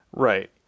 Right